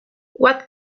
what